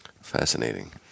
Fascinating